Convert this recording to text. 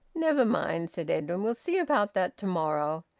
never mind, said edwin. we'll see about that tomorrow.